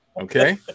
Okay